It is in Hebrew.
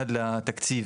עד לתקציב,